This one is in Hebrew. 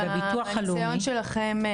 בבטוח הלאומי --- מהניסיון שלכם,